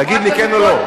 תגיד לי כן או לא.